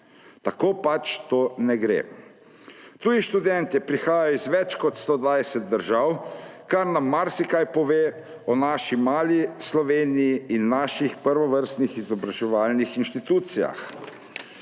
Tako pač to ne gre. Tuji študentje prihajajo iz več kot 120 držav, kar nam marsikaj pove o naši mali Sloveniji in naših prvovrstnih izobraževalnih inštitucijah.